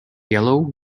yellow